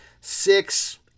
six